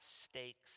stakes